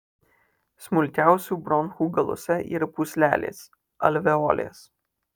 smulkiausių bronchų galuose yra pūslelės alveolės